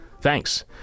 Thanks